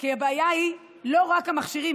כי הבעיה היא לא רק המכשירים.